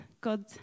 God